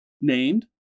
named